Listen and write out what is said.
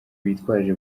bitwaje